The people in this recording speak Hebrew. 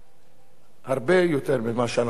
הרבה יותר ממה שאנחנו משערים היום.